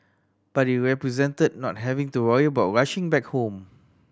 but it represented not having to worry about rushing back home